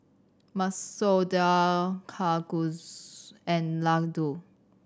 Masoor Dal Kalguksu and Ladoo